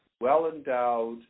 well-endowed